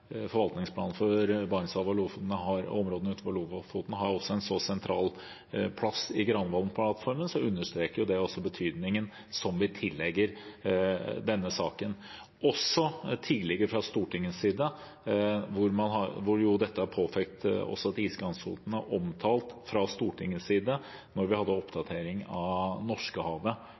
forvaltningsplanen for Barentshavet og områdene utenfor Lofoten har en så sentral plass i Granavolden-plattformen, understreker det også betydningen som vi tillegger denne saken. Også tidligere, fra Stortingets side, ble iskantsonen omtalt, da vi hadde oppdatering av Norskehavet. Så betydningen er det ingen tvil om. Så må jeg minne representanten om at det vi har fra